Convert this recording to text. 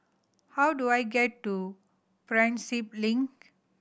how do I get to Prinsep Link